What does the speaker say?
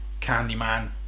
Candyman